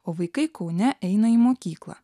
o vaikai kaune eina į mokyklą